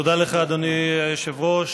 תודה לך, אדוני היושב-ראש.